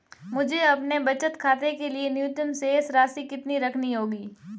मुझे अपने बचत खाते के लिए न्यूनतम शेष राशि कितनी रखनी होगी?